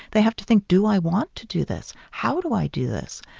they have to think, do i want to do this? how do i do this?